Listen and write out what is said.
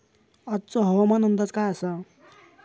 आजचो हवामान अंदाज काय आसा?